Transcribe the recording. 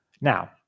Now